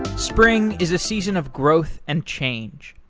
spring is a season of growth and change.